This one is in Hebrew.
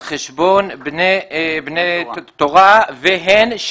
על חשבון בני תורה והן,